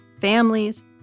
families